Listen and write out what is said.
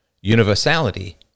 universality